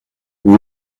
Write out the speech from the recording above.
vous